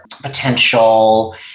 potential